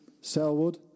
Selwood